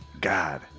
God